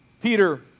Peter